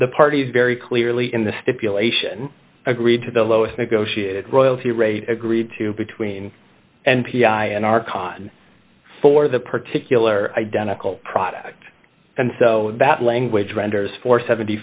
the parties very clearly in the stipulation agreed to the lowest negotiated royalty rate agreed to between n p i and our con for the particular identical product and so that language renders for seventy